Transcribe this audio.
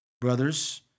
brothers